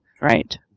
Right